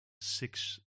six